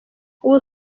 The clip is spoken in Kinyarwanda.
ubu